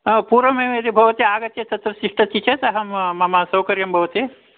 हा पूर्वमेव यदि भवती आगत्य तत्र तिष्ठति चेत् अहं मम सौकर्यं भवति